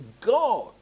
God